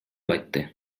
айтты